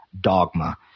dogma